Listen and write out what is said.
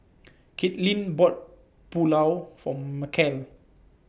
Katelin bought Pulao For Macel